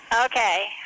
Okay